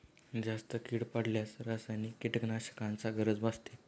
जास्त कीड पडल्यास रासायनिक कीटकनाशकांची गरज भासते